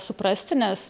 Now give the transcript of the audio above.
suprasti nes